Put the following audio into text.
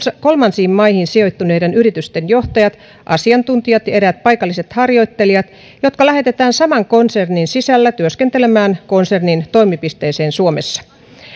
kolmansiin maihin sijoittuneiden yritysten johtajat asiantuntijat ja eräät paikalliset harjoittelijat jotka lähetetään saman konsernin sisällä työskentelemään konsernin toimipisteeseen suomessa